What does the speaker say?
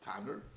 Tanner